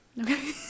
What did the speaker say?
Okay